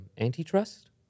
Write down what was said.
Antitrust